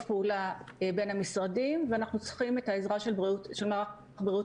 מוקד אחיות 24/7. בדיוק מה שאמרתי,